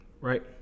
right